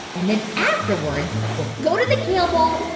and then afterwards, we'll go to the kale bowl,